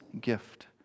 gift